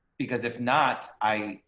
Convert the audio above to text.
because if not, i,